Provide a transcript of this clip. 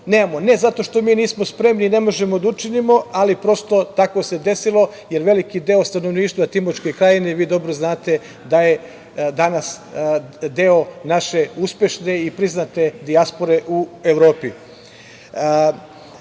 nemamo, ne zato što mi nismo spremni i ne možemo da učinimo, ali prosto tako se desilo, jer veliki deo stanovništva Timočke Krajine, vi dobro znate, da je danas deo naše uspešne i priznate dijaspore u Evropi. Dalje,